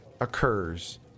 occurs